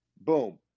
boom